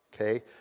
Okay